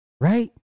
Right